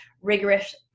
rigorous